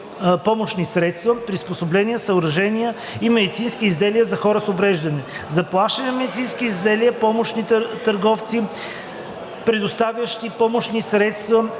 помощни средства, приспособления, съоръжения и медицински изделия за хора с увреждания; - заплащане на медицински изделия, помощни търговци, предоставящи помощните средства,